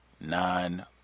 nine